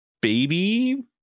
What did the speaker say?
baby